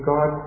God